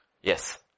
Yes